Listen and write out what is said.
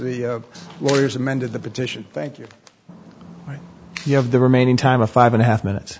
the lawyers amended the petition thank you you have the remaining time of five and a half minutes